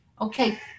Okay